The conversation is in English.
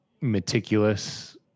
meticulous